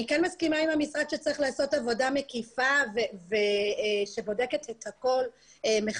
אני כן מסכימה עם המשרד שצריך לעשות עבודה מקיפה שבודקת את הכול מחדש,